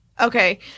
Okay